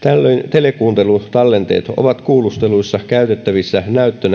telekuuntelutallenteet ovat kuulusteluissa käytettävissä näyttönä koko